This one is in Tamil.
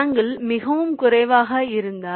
ஆங்கில் மிகவும் குறைவாக இருந்தால்